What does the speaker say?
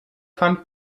fand